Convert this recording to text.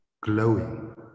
glowing